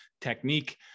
technique